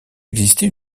exister